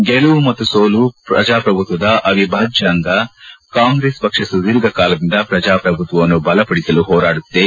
ಗೆಲುವು ಮತ್ತು ಸೋಲು ಪ್ರಜಾಪ್ರಭುತ್ವದ ಅವಿಭಾಷ್ಟ ಅಂಗ ಕಾಂಗ್ರೆಸ್ ಪಕ್ಷ ಸುಧೀರ್ಘ ಕಾಲದಿಂದ ಶ್ರಚಾಪ್ರಭುತ್ವವನ್ನು ಬಲಪಡಿಸಲು ಹೋರಾಡುತ್ತಿದೆ